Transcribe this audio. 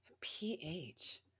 ph